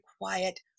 quiet